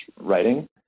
writing